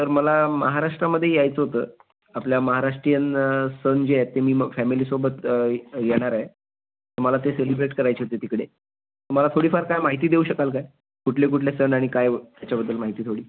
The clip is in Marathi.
तर मला महाराष्ट्रामध्ये यायचं होतं आपल्या महाराष्टीयन सण जे आहेत ते मी मग फॅमिलीसोबत येणार आहे मला ते सेलिब्रेट करायचे होते तिकडे मला थोडीफार काय माहिती देऊ शकाल काय कुठले कुठले सण आणि काय त्याच्याबद्दल माहिती थोडी